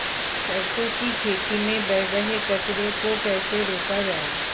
सरसों की खेती में बढ़ रहे कचरे को कैसे रोका जाए?